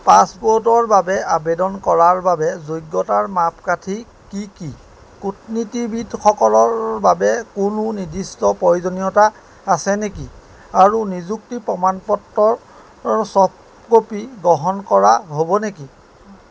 পাছপোৰ্টৰ বাবে আবেদন কৰাৰ বাবে যোগ্যতাৰ মাপকাঠি কি কি কূটনীতিবিদসকলৰ বাবে কোনো নিৰ্দিষ্ট প্ৰয়োজনীয়তা আছে নেকি আৰু নিযুক্তিৰ প্ৰমাণপত্ৰৰ চফ্টক'পি গ্ৰহণ কৰা হ'ব নেকি